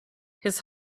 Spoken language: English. his